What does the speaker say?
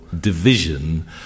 division